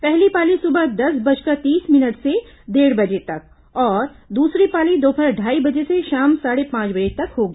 पहली पाली सुबह दस बजकर तीस मिनट से डेढ़ बजे तक और दूसरी पाली दोपहर ढ़ाई बजे से शाम साढ़े पांच बजे तक होगी